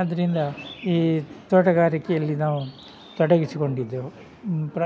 ಆದ್ದರಿಂದ ಈ ತೋಟಗಾರಿಕೆಯಲ್ಲಿ ನಾವು ತೊಡಗಿಸಿಕೊಂಡಿದ್ದೆವು ನಂತರ